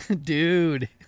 Dude